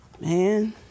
Man